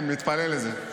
אמן, מתפלל לזה.